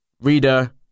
Reader